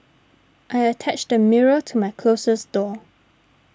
I attached a mirror to my closet door